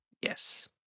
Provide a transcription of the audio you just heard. yes